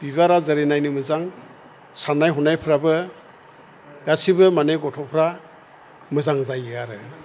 बिबारा जेरै नायनो मोजां साननाय हनायफ्राबो गासिबो मानि गथ'फ्रा मोजां जायो आरो